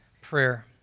prayer